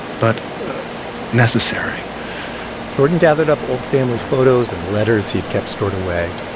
but necessary jordan gathered up old family photos and letters he'd kept stored away.